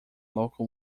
local